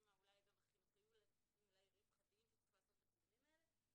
האולי גם החינוכיים או רווחתיים שצריך לעשות בצילומים האלה,